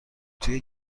توی